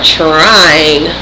trying